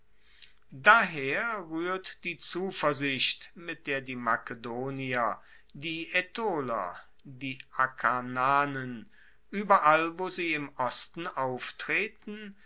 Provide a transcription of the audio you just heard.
daher ruehrt die zuversicht mit der die makedonier die aetoler die akarnanen ueberall wo sie im osten auftreten